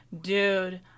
Dude